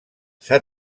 s’ha